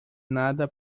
nada